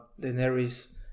Daenerys